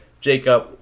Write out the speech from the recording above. Jacob